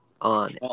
on